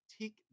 take